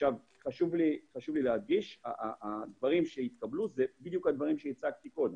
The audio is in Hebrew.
חשוב לי להדגיש שהדברים שהתקבלו הם בדיוק הדברים שהצגתי קודם,